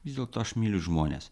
vis dėlto aš myliu žmones